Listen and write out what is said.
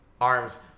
Arms